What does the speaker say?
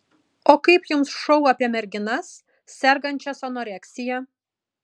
o kaip jums šou apie merginas sergančias anoreksija